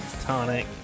Tonic